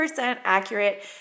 accurate